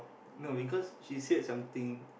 no because she said something